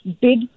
big